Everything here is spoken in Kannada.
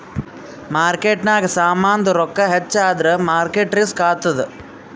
ಮಾರ್ಕೆಟ್ನಾಗ್ ಸಾಮಾಂದು ರೊಕ್ಕಾ ಹೆಚ್ಚ ಆದುರ್ ಮಾರ್ಕೇಟ್ ರಿಸ್ಕ್ ಆತ್ತುದ್